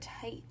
tight